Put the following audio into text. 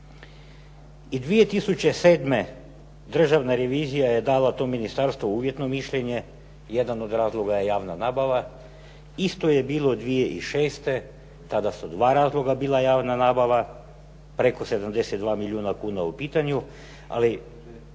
I 2007. Državna revizija je dala tom ministarstvu uvjetno mišljenje. Jedan od razloga je javna nabava. Isto je bilo 2006. kada su dva razloga bila javna nabava preko 72 milijuna kuna u pitanju, ali